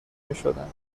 میشدن